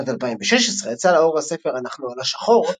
בשנת 2016 יצא לאור הספר "אנחנו על השחור"